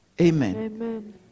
Amen